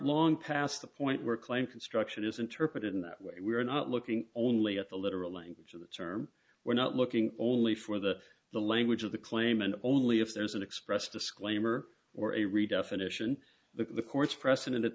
long past the point where claim construction is interpreted in that way we are not looking only at the literal language of the term we're not looking only for the the language of the claimant only if there's an expressed disclaimer or a redefinition the court's precedent at